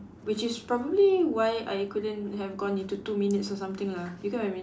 which is probably why I couldn't have gone into two minutes or something lah you get what I mean